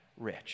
rich